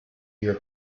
your